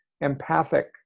empathic